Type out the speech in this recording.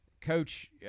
Coach